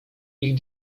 ich